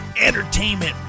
entertainment